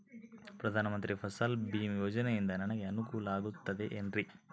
ಪ್ರಧಾನ ಮಂತ್ರಿ ಫಸಲ್ ಭೇಮಾ ಯೋಜನೆಯಿಂದ ನನಗೆ ಅನುಕೂಲ ಆಗುತ್ತದೆ ಎನ್ರಿ?